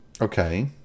Okay